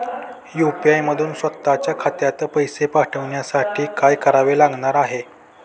UPI मधून स्वत च्या खात्यात पैसे पाठवण्यासाठी काय करावे लागणार आहे?